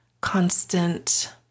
constant